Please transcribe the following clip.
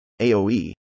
AOE